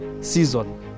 season